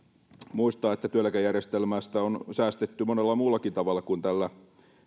muistaa että työeläkejärjestelmästä on säästetty monella muullakin tavalla kuin tällä